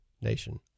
nation